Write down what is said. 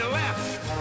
left